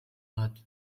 hat